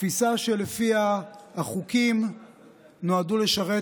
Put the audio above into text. תפיסה שלפיה החוקים נועדו לשרת